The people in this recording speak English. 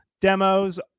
Demos